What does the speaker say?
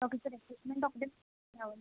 okay sir